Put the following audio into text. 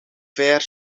ver